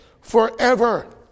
forever